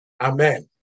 Amen